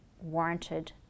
warranted